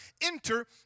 enter